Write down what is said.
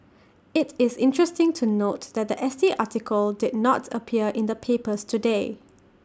IT is interesting to note that The S T article did not appear in the papers today